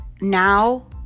now